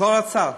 לכל הצעה.